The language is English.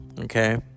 okay